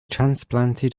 transplanted